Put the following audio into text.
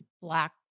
black